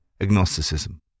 agnosticism